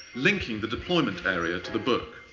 linking the deployment area to the book.